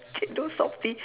chendol Softee